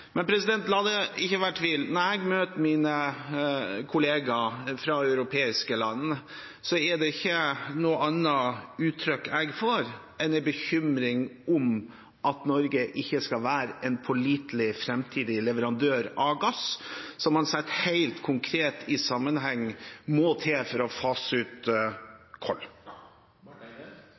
la det ikke være tvil: Når jeg møter mine kollegaer fra europeiske land, er det ikke noe annet de uttrykker enn en bekymring om at Norge ikke skal være en pålitelig framtidig leverandør av gass, som man setter helt konkret i sammenheng med at det må til for å fase ut